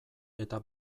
eta